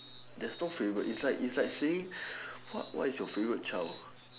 there's no favourite it's like it's like saying what's your favourite child